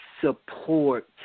support